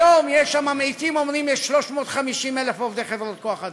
היום הממעיטים אומרים שיש 350,000 עובדי חברות כוח-אדם,